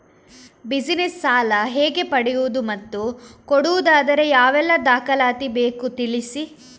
Business ಸಾಲ ಹೇಗೆ ಪಡೆಯುವುದು ಮತ್ತು ಕೊಡುವುದಾದರೆ ಯಾವೆಲ್ಲ ದಾಖಲಾತಿ ಬೇಕು ತಿಳಿಸಿ?